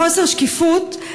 בחוסר שקיפות,